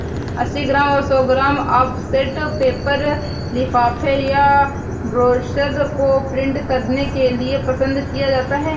अस्सी ग्राम, सौ gram offset paper लिफाफे या ब्रोशर को प्रिंट करने के लिए पसंद किया जाता है